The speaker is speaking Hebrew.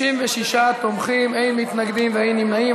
36 תומכים, אין מתנגדים ואין נמנעים.